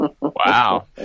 Wow